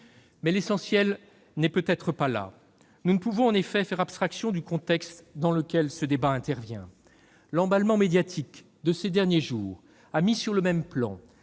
Mais l'essentiel n'est peut-être pas là. Nous ne pouvons en effet faire abstraction du contexte dans lequel ce débat intervient. L'emballement médiatique de ces derniers jours a mis sur le même plan